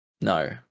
no